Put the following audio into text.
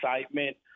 excitement